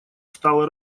стало